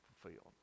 fulfilled